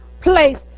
place